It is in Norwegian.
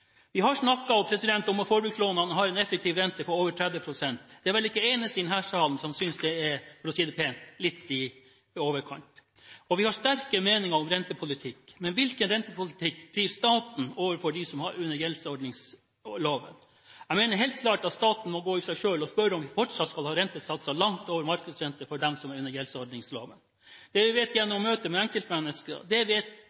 Vi har snakket om at forbrukslånene har en effektiv rente på over 30 pst. Det er vel ikke en eneste i denne salen som synes det er – for å si det pent – litt i overkant. Og vi har sterke meninger om rentepolitikk. Men hvilken rentepolitikk driver staten overfor dem som er kommet inn under gjeldsordningsloven? Jeg mener helt klart at staten må gå i seg selv og spørre om vi fortsatt skal ha rentesatser langt over markedsrente for dem som er kommet inn under gjeldsordningsloven. Gjennom møter med enkeltmennesker vet